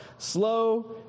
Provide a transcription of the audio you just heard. Slow